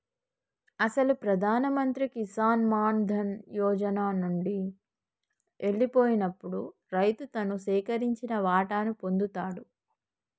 అసలు ప్రధాన మంత్రి కిసాన్ మాన్ ధన్ యోజన నండి ఎల్లిపోయినప్పుడు రైతు తను సేకరించిన వాటాను పొందుతాడు